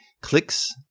clicks